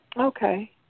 Okay